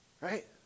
Right